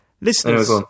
listeners